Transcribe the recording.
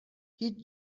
هیچ